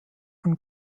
von